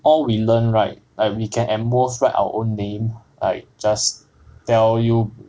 all we learn right like we can at most write our own name like just tell you